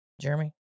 Jeremy